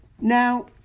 Now